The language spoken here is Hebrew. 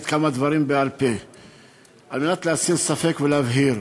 כמה דברים בעל-פה על מנת להסיר ספק ולהבהיר.